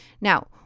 Now